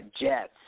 jets